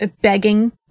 Begging